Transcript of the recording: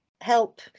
help